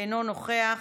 אינו נוכח,